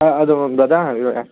ꯑꯥ ꯑꯗꯣ ꯕ꯭ꯔꯗꯔ ꯍꯥꯟꯅ ꯍꯥꯏꯕꯤꯔꯛꯑꯣꯅꯦ